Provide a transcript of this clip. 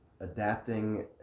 adapting